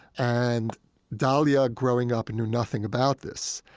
and dalia growing up and knew nothing about this.